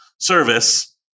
service